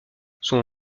son